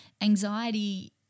anxiety